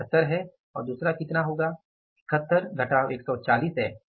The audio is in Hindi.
यह 71 है और दूसरा कितना होगा 71 140 है